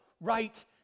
right